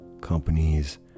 companies